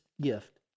gift